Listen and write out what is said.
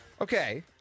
Okay